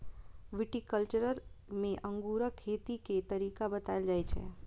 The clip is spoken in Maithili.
विटीकल्च्चर मे अंगूरक खेती के तरीका बताएल जाइ छै